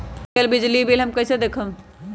दियल बिजली बिल कइसे देखम हम?